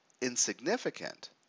insignificant